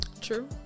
True